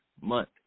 Month